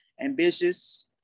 Ambitious